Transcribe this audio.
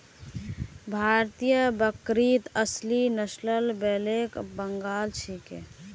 भारतीय बकरीत असली नस्ल ब्लैक बंगाल छिके